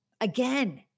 again